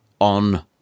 on